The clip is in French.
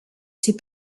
ses